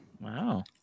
Wow